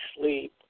sleep